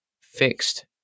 fixed